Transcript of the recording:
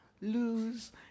lose